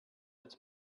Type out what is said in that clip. its